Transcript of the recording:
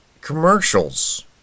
commercials